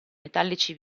metallici